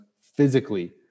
physically